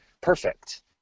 perfect